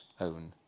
own